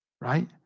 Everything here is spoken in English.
right